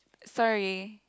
sorry